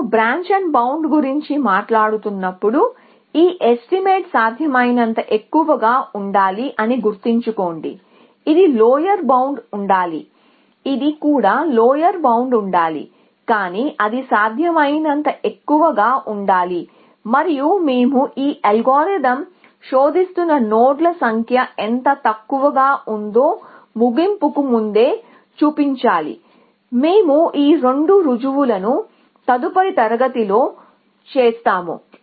మేము బ్రాంచ్బౌండ్ గురించి మాట్లాడుతున్నప్పుడు ఈ ఎస్టిమేట్ సాధ్యమైనంత ఎక్కువగా ఉండాలి అని గుర్తుంచుకోండి ఇది లోయర్ బౌండ్ ఉండాలి ఇది కూడా లోయర్ బౌండ్ ఉండాలి కానీ అది సాధ్యమైనంత ఎక్కువగా ఉండాలి మరియు మేము ఈ అల్గోరిథం శోధిస్తున్న నోడ్ల సంఖ్య ఎంత తక్కువగా ఉందో ముగింపుకు ముందే చూపించాలి మేము ఈ రెండు రుజువులను తదుపరి తరగతిలో చేస్తాము